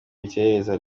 urukerereza